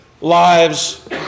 lives